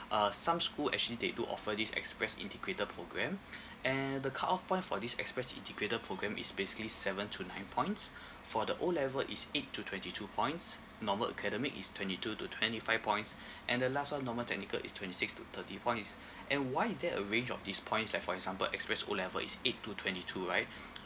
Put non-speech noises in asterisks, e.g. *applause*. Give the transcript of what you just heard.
uh some school actually they do offer this express integrated programme *breath* and the cutoff point for this express integrated programme is basically seven to nine points *breath* for the O level it's eight to twenty two points normal academic is twenty two to twenty five points *breath* and the last one normal technical is twenty six to thirty points *breath* and why is there a range of these points like for example express O level is eight to twenty two right *breath*